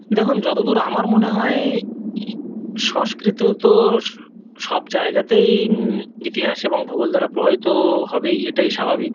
দেখুন যতদূর আমার মনে হয় সংস্কৃত তো সব জায়গাতেই ইতিহাস এবং ভূগোল দ্বারা প্রভাবিত হবেই এটাই স্বাভাবিক